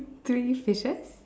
three fishes